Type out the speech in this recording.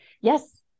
Yes